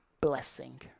Blessing